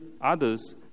others